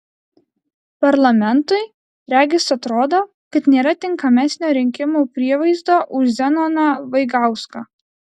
parlamentui regis atrodo kad nėra tinkamesnio rinkimų prievaizdo už zenoną vaigauską